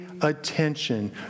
attention